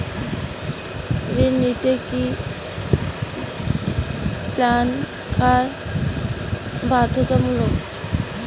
ঋণ নিতে কি প্যান কার্ড বাধ্যতামূলক?